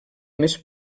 més